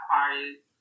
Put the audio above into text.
artists